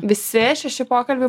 visi šeši pokalbiai